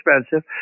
expensive